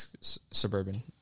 suburban